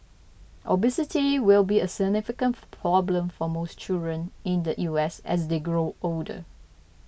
obesity will be a significant problem for most children in the U S as they grow older